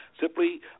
simply